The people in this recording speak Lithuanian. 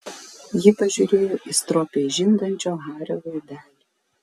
ji pažiūrėjo į stropiai žindančio hario veidelį